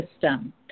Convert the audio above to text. system